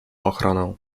ochronę